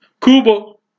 Kubo